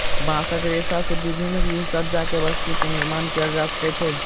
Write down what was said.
बांसक रेशा से विभिन्न गृहसज्जा के वस्तु के निर्माण कएल जा सकै छै